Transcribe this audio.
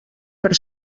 per